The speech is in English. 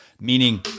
meaning